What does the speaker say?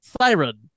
Siren